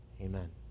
Amen